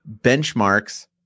benchmarks